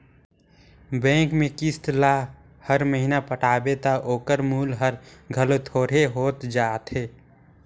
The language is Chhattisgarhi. बेंक में किस्त ल हर महिना पटाबे ता ओकर मूल हर घलो थोरहें होत जाथे